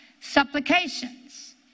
Supplications